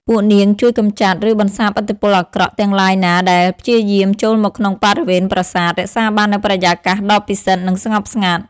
ពួកនាងជួយកម្ចាត់ ឬបន្សាបឥទ្ធិពលអាក្រក់ទាំងឡាយណាដែលព្យាយាមចូលមកក្នុងបរិវេណប្រាសាទ រក្សាបាននូវបរិយាកាសដ៏ពិសិដ្ឋ និងស្ងប់ស្ងាត់។